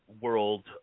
world